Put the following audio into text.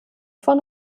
von